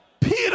Peter